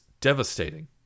devastating